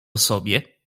sobie